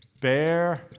Bear